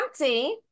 empty